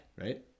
right